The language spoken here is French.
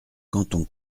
canton